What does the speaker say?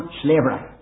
slavery